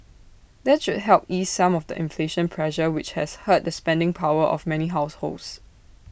that should help ease some of the inflation pressure which has hurt the spending power of many households